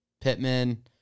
Pittman